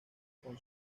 con